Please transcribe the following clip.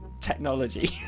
technology